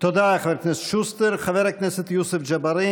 תודה, חבר הכנסת שוסטר.